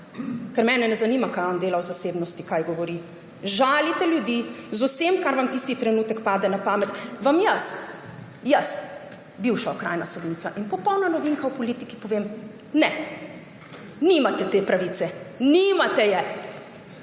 ker mene ne zanima, kaj on dela v zasebnosti, kaj govori – žalite ljudi z vsem, kar vam tisti trenutek pade na pamet, vam jaz, jaz, bivša okrajna sodnica in popolna novinka v politiki, povem, ne, nimate te pravice. Nimate je.